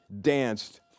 danced